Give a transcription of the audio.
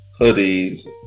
hoodies